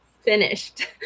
finished